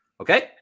Okay